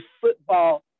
football